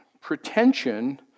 pretension